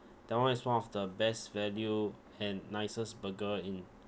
that one is one of the best value and nicest burger in